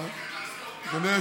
ברושי,